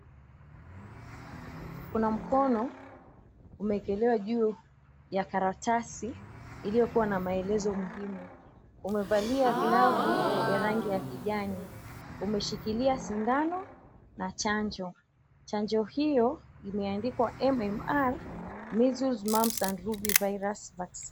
Kuna mkono umeekelewa ju ya karatasi iliyokuwa na maelezo muhimu, umevalia glavu ya rangi ya kijani, umeshikilia sindano na chanjo. Chanjo hiyo imeandikwa, MMR, measles, mumps and rubella virus vaccine .